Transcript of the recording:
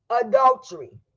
Adultery